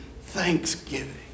thanksgiving